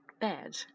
bed